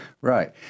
Right